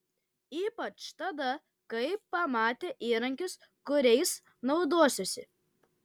ypač tada kai pamatė įrankius kuriais naudosiuosi